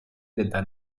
della